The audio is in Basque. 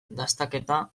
dastaketa